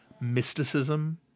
mysticism